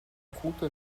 acuto